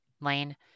Lane